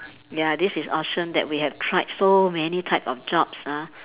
ya this is awesome that we have tried so many type of jobs ah